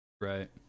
Right